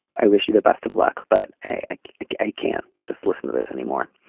i wish you the best of luck but i like like i can't just listen to this anymore.